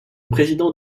président